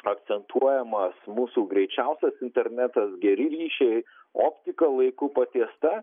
akcentuojamas mūsų greičiausias internetas geri ryšiai optika laiku patiesta